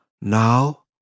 Now